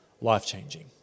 life-changing